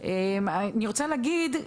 אני רוצה להגיד,